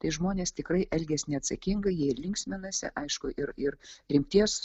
tai žmonės tikrai elgiasi neatsakingai jie ir linksminasi aišku ir ir rimties